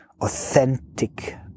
authentic